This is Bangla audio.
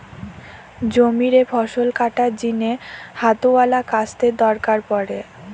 জমিরে ফসল কাটার জিনে হাতওয়ালা কাস্তের দরকার পড়ে